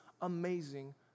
amazing